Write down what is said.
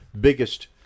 biggest